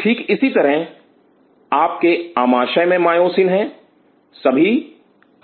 ठीक इसी तरह आपके आमाशय में मायोसिन हैं सभी